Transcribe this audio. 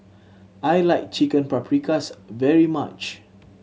I like Chicken Paprikas very much